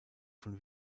von